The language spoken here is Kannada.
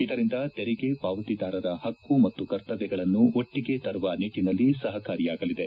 ಇದರಿಂದ ತೆರಿಗೆ ಪಾವತಿದಾರರ ಹಕ್ಕು ಮಪ್ತು ಕರ್ತವ್ಯಗಳನ್ನು ಒಟ್ಟಿಗೆ ತರುವ ನಿಟ್ಟನಲ್ಲಿ ಸಹಕಾರಿಯಾಗಲಿದೆ